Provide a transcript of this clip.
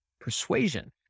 persuasion